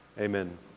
amen